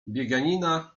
bieganina